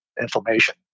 inflammation